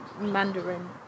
Mandarin